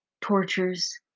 tortures